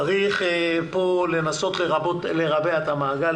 צריך פה לנסות לרבע את המעגל.